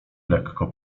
lekko